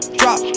drop